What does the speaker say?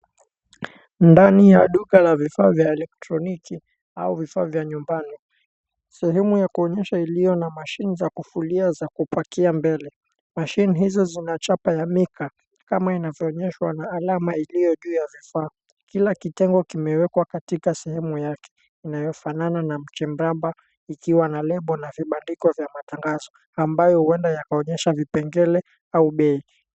Ndani ya duka la vifaa vya elektroniki au vifaa vya nyumbani sehemu ya kuonyesha iliyo na mashini za kufulia za kupakia mbele, mashini hizo zina chapa ya Mika kama inavyo onyeshwa na alama iliyo juu ya vifaa. Kila kitengo kimewekwa katika sehemu yake inayofanana na chembamba ikiwa na lebo na vibandiko vya matangazo ambayo huenda yakaonyesha vipengele au bei.